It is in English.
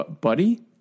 Buddy